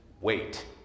wait